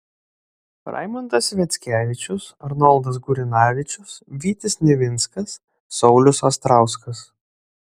raimondas sviackevičius arnoldas gurinavičius vytis nivinskas saulius astrauskas